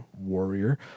warrior